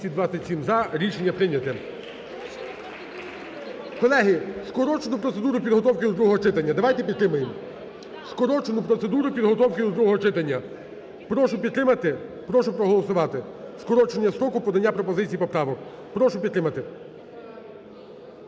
за. Рішення прийняте. Колеги, скорочену процедуру підготовки до другого читання давайте підтримаємо? Скорочену процедуру підготовки до другого читання. Прошу підтримати, прошу проголосувати скорочення строку подання пропозицій і поправок. Прошу підтримати.